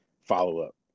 follow-up